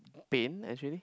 paint actually